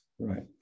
Right